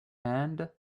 hand